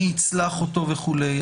מי יצלח אותו וכולי,